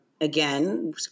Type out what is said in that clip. again